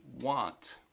want